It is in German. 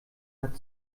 hat